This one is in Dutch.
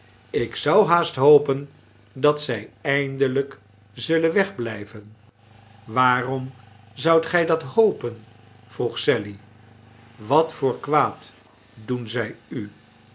ik zou haast hopen dat zij eindelijk zullen wegblijven waarom zoudt gij dat hopen vroeg sally wat voor kwaad doen zij u